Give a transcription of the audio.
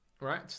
Right